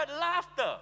laughter